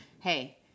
hey-